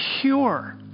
pure